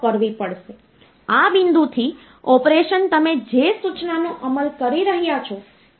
હવે ગણિતમાં આપણા શાળાના દિવસોના જ્ઞાન મુજબ આપણે 2 સંખ્યાઓનો ઉમેરો કરી શકીએ છીએ